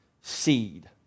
seed